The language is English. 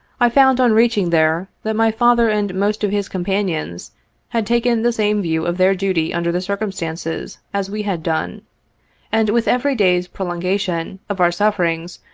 i found on reaching there, that my father and most of his companions had taken the same view of their duty under the circumstances, as we had done and with every day's prolongation of our sufferings,